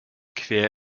quer